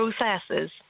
processes